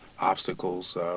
obstacles